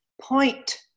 point